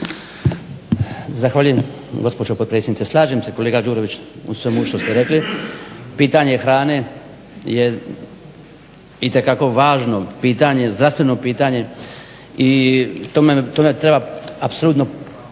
Zahvaljujem gospođo potpredsjednice. Slažem se kolega Đurović u svemu što ste rekli. Pitanje hrane je itekako važno pitanje, zdravstveno pitanje i tome treba apsolutno posvetiti